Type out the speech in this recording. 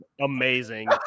amazing